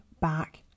back